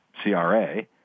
CRA